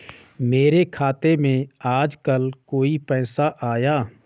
मेरे खाते में आजकल कोई पैसा आया?